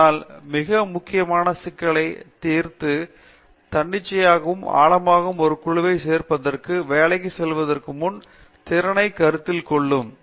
ஆனால் மிக முக்கியமானது சிக்கலைத் தீர்ப்பது தனித்தனியாகவும் ஆழமாகவும் ஒரு குழுவைச் சேர்ப்பதற்கும் வேலை செய்வதற்கு உள்ள திறனைக் கருத்தில் கொள்ளும்